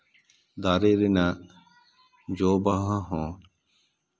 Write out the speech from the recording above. ᱫᱟᱨᱮ ᱨᱮᱱᱟᱜ ᱡᱚᱼᱵᱟᱦᱟ ᱦᱚᱸ